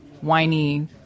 whiny